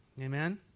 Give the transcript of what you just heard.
Amen